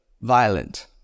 violent